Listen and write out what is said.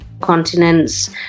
continents